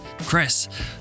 chris